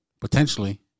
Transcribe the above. potentially